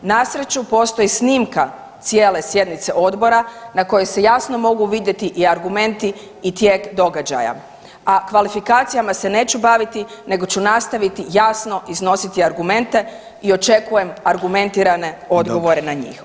Nasreću postoji snimka cijele sjednice odbora na kojoj se jasno mogu vidjeti i argumenti i tijek događaja, a kvalifikacijama se neću baviti nego ću nastaviti jasno iznositi argumente i očekujem argumentirane odgovore na njih.